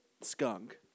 skunk